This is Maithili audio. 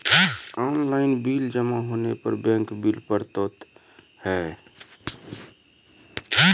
ऑनलाइन बिल जमा होने पर बैंक बिल पड़तैत हैं?